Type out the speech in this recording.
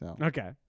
Okay